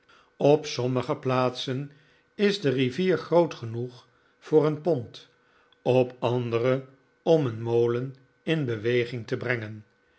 op sommige plaatsen is de rivier groot genoeg voor een pont op andere om een molen in beweging te brengen